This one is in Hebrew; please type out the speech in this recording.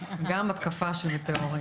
גם התקפה של מטאורים.